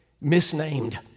misnamed